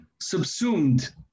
subsumed